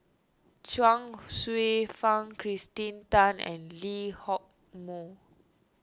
Chuang Hsueh Fang Kirsten Tan and Lee Hock Moh